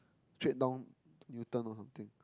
straight down Newton or something